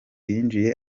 yinjiye